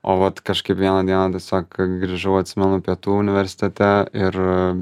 o vat kažkaip vieną dieną tiesiog grįžau atsimenu pietų universitete ir